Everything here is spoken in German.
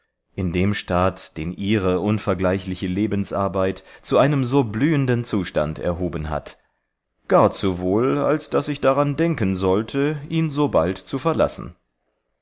in dem staat den ihre unvergleichliche lebensarbeit zu einem so blühenden zustand erhoben hat gar zu wohl als daß ich daran denken sollte ihn so bald zu verlassen